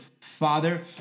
father